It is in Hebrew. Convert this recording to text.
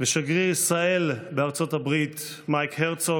שגריר ישראל בארצות הברית מייק הרצוג,